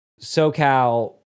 socal